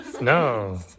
no